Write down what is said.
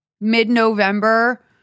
mid-November